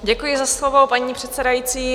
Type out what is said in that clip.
Děkuji za slovo, paní předsedající.